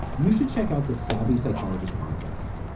you should check out the savvy psychologist podcast.